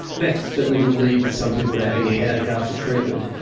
that certainly will lead some people to having a headache after treatment.